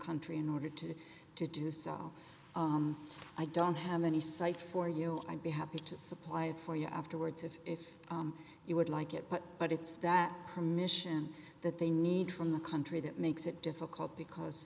country in order to to do so i don't have any cite for you i'd be happy to supply it for you afterwards if if you would like it but but it's that permission that they need from the country that makes it difficult because